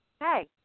Hey